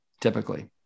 typically